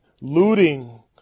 looting